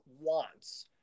wants